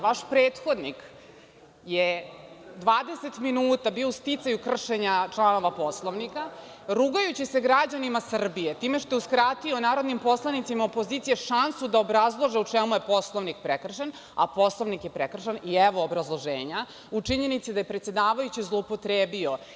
Vaš prethodnik je 20 minuta bio u sticaju kršenja članova Poslovnika, rugajući se građanima Srbije, time što je uskratio narodnim poslanicima opozicije šansu da obrazlože u čemu je Poslovnik prekršen, a Poslovnik je prekršen, evo obrazloženja, u činjenici da je predsedavajući zloupotrebio.